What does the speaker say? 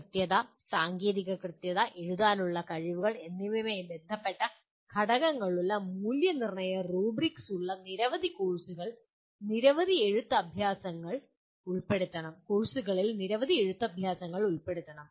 കൃത്യത സാങ്കേതിക കൃത്യത എഴുതാനുള്ള കഴിവുകൾ എന്നിവയുമായി ബന്ധപ്പെട്ട ഘടകങ്ങളുള്ള മൂല്യനിർണ്ണയ റൂബ്രിക്സുള്ള നിരവധി കോഴ്സുകളിൽ നിരവധി എഴുത്ത് അഭ്യാസങ്ങൾ ഉൾപ്പെടുത്തണം